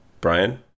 Brian